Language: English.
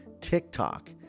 TikTok